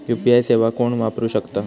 UPI सेवा कोण वापरू शकता?